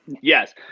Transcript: Yes